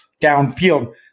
downfield